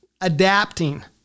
adapting